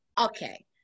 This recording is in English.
Okay